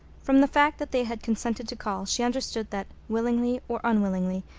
from the fact that they had consented to call she understood that, willingly or unwillingly,